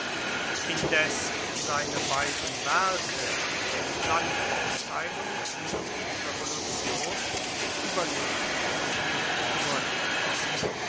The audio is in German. indes seine beiden werke die landaufteilung wie die revolution überlebten ihren urheber